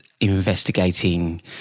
investigating